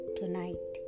tonight